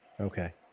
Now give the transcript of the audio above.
Okay